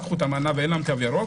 אין להם תו ירוק.